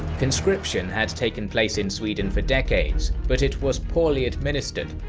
conscription had taken place in sweden for decades, but it was poorly administered.